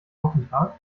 wochentag